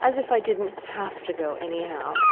as if i didn't have to go anyhow?